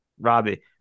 Robbie